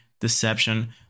deception